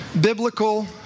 biblical